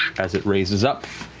as it raises up.